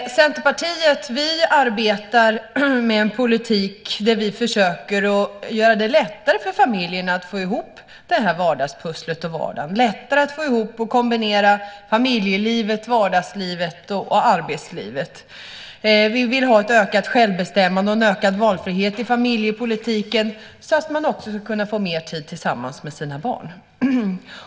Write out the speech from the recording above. I Centerpartiet arbetar vi med en politik där vi försöker att göra det lättare för familjerna att få ihop vardagspusslet och vardagen, lättare att få ihop och kombinera familjelivet, vardagslivet och arbetslivet. Vi vill ha ett ökat självbestämmande och en ökad valfrihet i familjepolitiken så att man ska kunna få mer tid tillsammans med sina barn.